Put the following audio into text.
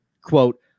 quote